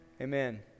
Amen